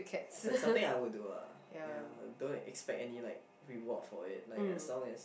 it's like something I would do ah ya don't expect any like reward for it like as long as